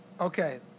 Okay